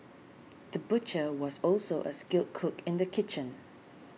the butcher was also a skilled cook in the kitchen